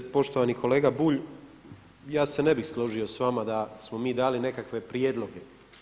Poštovani kolega Bulj, ja se ne bih složio s vama da smo mi dali nekakve prijedloge.